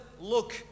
look